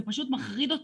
וזה פשוט מחריד אותי,